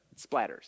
splatters